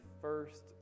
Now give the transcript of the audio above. first